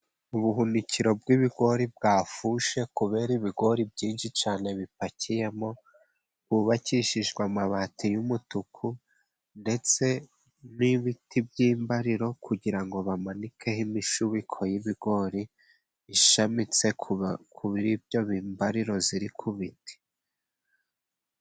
Ubuhunikiro bw'ibigori bwafushe kubera ibigori byinshi cyane bipakiyemo bubakishijwe amabati y'umutuku ndetse n''ibiti by'imbariro kugira ngo bamanikeho imishubiko y'ibigori bishamitse kubyo bimbariro ziri kubiti.